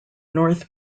north